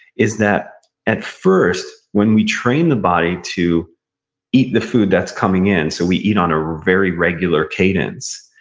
is that at first when we train the body to eat the food that's coming in, so we eat on a very regular cadence,